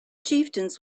chieftains